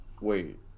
wait